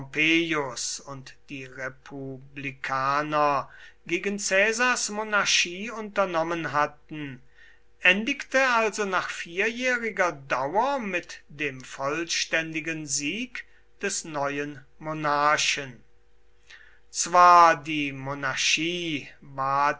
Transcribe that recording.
und die republikaner gegen caesars monarchie unternommen hatten endigte also nach vierjähriger dauer mit dem vollständigen sieg des neuen monarchen zwar die monarchie